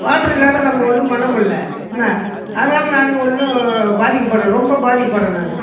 water இல்லாம நம்ம ஒன்றும் பண்ணமுடில என்ன அதனால நான் இன்னும் பாதிக்கபட்டு ரொம்ப பாதிக்கபடுறேன் நான்